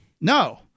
No